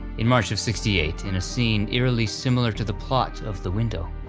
in march of sixty eight, in a scene eerily similar to the plot of the window,